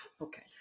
Okay